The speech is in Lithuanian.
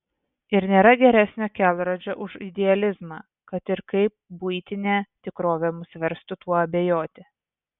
ir nėra geresnio kelrodžio už idealizmą kad ir kaip buitinė tikrovė mus verstų tuo abejoti